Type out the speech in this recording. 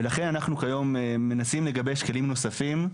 ולכן אנחנו כיום מנסים לגבש כלים נוספים.